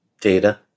Data